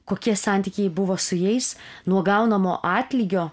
kokie santykiai buvo su jais nuo gaunamo atlygio